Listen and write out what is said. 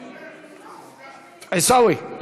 חבר הכנסת פריג' עיסאווי,